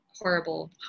horrible